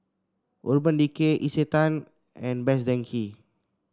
Urban Decay Isetan and Best Denki